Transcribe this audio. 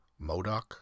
MODOK